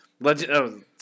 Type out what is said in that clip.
Legend